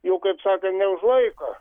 jų kaip sakant neužlaiko